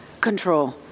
control